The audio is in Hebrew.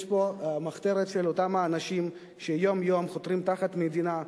יש פה מחתרת של אותם האנשים שיום-יום חותרים תחת המדינה,